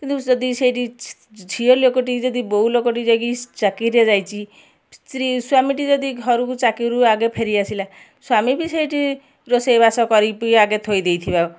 କିନ୍ତୁ ଯଦି ସେଇଟି ଝିଅ ଲୋକଟି ଯଦି ବୋଉ ଲୋକଟି ଯାଇକି ଚାକିରିରେ ଯାଇଛି ସ୍ତ୍ରୀ ସ୍ୱାମୀଟି ଯଦି ଘରକୁ ଚାକିରିରୁ ଆଗେ ଫେରିଆସିଲା ସ୍ୱାମୀ ବି ସେଇଟି ରୋଷେଇବାସ କରିକି ଆଗେ ଥୋଇ ଦେଇଥିବା